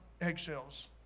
eggshells